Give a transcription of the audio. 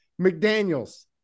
McDaniels